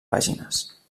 pàgines